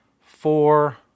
four